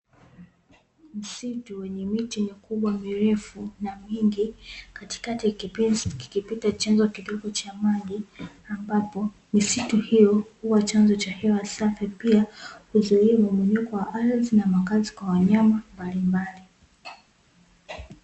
Msitu wenye miti mikubwa mirefu na mingi, katikati kikipita chanzo kidogo cha maji, ambapo misitu hiyo huwa chanzo cha hewa safi pia, huzuia mmomonyoko wa ardhi na makazi ya wanyama mbalimbali.